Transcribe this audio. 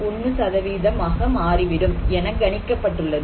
1 அது மாறிவிடும் என கணிக்கப்பட்டுள்ளது